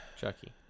chucky